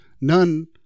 none